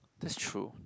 that's true